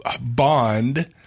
bond